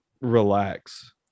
relax